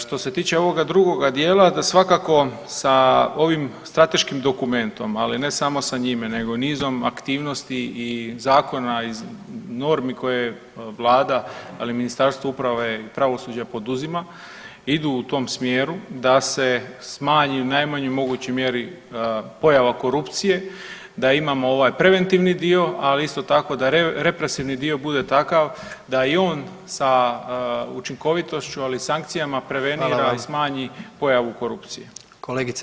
Što se tiče ovoga drugoga dijela, da, svakako sa ovim strateškim dokumentom, ali ne samo sa njime, nego nizom aktivnosti i zakona i normi koje je Vlada ili Ministarstvo uprave i pravosuđa poduzima idu u tom smjeru da se smanji u najmanjoj mogućnoj mjeri pojava korupcije, da imamo ovaj preventivni dio, ali isto tako, da represivni bude takav da i on sa učinkovitošću, ali i sankcijama prevenira i [[Upadica: Hvala vam.]] smanji pojavu korupcije.